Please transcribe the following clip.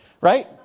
Right